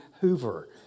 Hoover